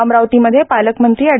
अमरावतीमध्ये पालकमंत्री एड